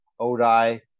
Odai